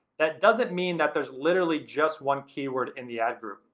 that doesn't mean that there's literally just one keyword in the ad group,